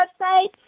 website